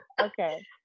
okay